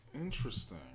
interesting